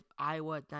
Iowa